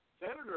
Senator